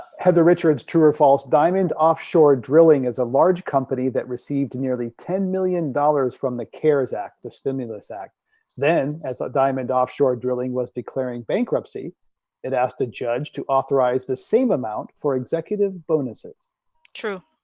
heather richards true or false diamond offshore drilling is a large company that received nearly ten million dollars from the cares act the stimulus act then as a diamond offshore drilling was declaring bankruptcy it asked a judge to authorize the same amount for executive bonuses true